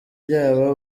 byabo